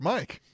Mike